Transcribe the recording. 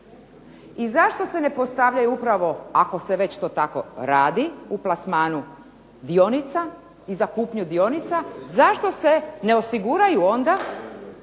zašto se ne postavljaju upravo ako se već to tako radi, u plasmanu dionica i za kupnju dionica. Zašto se ne osiguraju onda